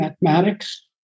mathematics